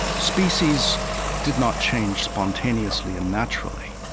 species did not change spontaneously and naturally,